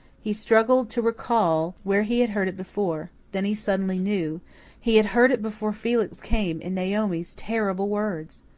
he struggled to recall where he had heard it before then he suddenly knew he had heard it before felix came in naomi's terrible words!